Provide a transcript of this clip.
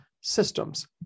systems